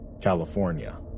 California